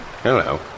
Hello